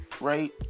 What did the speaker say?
right